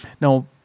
Now